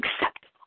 Acceptable